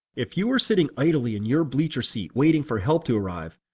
if you were sitting idly in your bleacher seat waiting for help to arrive,